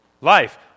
Life